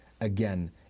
again